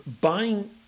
buying